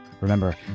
Remember